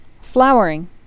flowering